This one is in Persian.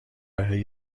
برای